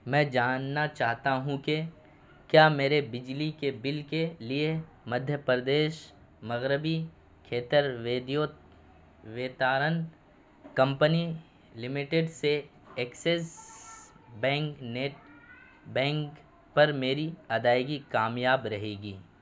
میں جاننا چاہتا ہوں کہ کیا میرے بجلی کے بل کے لیے مدھیہ پردیش مغربی کھیتر ودیوت ویتارن کمپنی لمیٹڈ سے ایکسس بینک نیٹ بینک پر میری ادائیگی کامیاب رہے گی